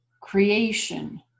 creation